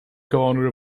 corner